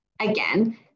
again